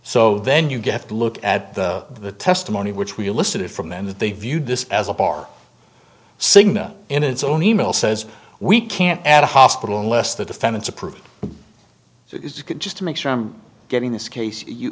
so then you get to look at the testimony which we elicited from them that they viewed this as a bar cigna in its own e mail says we can't add a hospital unless the defendants approved just to make sure i'm getting this case